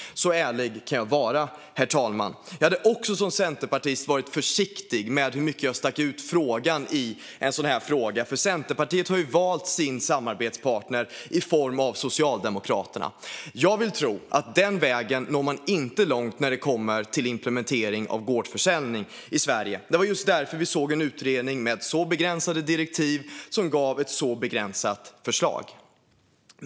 Så ärlig kan jag vara, herr talman. Om jag vore centerpartist skulle jag vara försiktig med hur mycket jag sticker ut i en sådan här fråga, för Centerpartiet har valt sin samarbetspartner i form av Socialdemokraterna. Jag tror inte att man når långt på den vägen när det kommer till implementering av gårdsförsäljning i Sverige. Det var därför vi fick en utredning med begränsade direktiv, vilket gav ett begränsat förslag.